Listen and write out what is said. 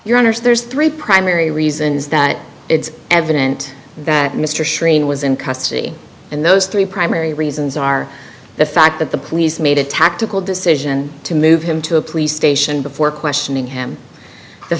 honour's there's three primary reasons that it's evident that mr shrinivas in custody and those three primary reasons are the fact that the police made a tactical decision to move him to a police station before questioning him the